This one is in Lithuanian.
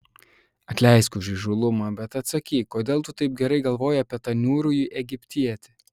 atleisk už įžūlumą bet atsakyk kodėl tu taip gerai galvoji apie tą niūrųjį egiptietį